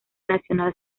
nacional